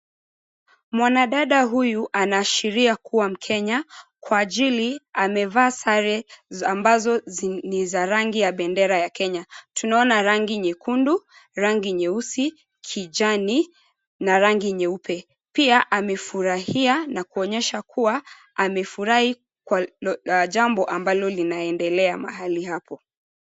Mwanadada huyu anaashiria kuwa mkenya, kwa ajili amevaa sare ambazo ni za rangi ya bendera ya Kenya. Tunaona rangi nyekundu, rangi nyeusi, kijani, na rangi nyeupe. Pia amefurahia na kuonyesha kuwa, amefurahi kwa jambo ambalo linaendelea mahali hapo.